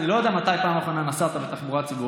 אני לא יודע מתי נסעת בפעם האחרונה בתחבורה ציבורית,